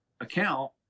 account